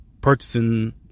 purchasing